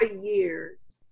years